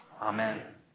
Amen